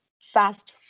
fast